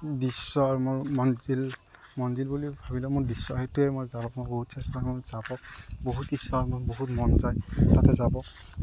দৃশ্যৰ মোৰ মঞ্জিল মঞ্জিল বুলি ভাবিলেও মোৰ দৃশ্য সেইটোৱে মই যাব মই বহুত চেষ্টা কৰোঁ যাব বহুত ইচ্ছা আৰু মোৰ বহুত মন যায় তাতে যাব